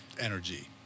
energy